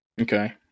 Okay